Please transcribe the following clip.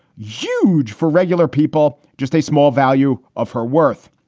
huge for regular people, just a small value of her worth.